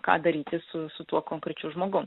ką daryti su su tuo konkrečiu žmogum